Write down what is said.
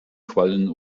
quallen